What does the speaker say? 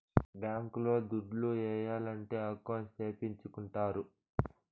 bank లో దుడ్లు ఏయాలంటే అకౌంట్ సేపిచ్చుకుంటారు